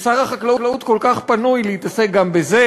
ששר החקלאות כל כך פנוי להתעסק גם בזה